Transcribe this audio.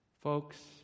Folks